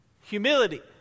Humility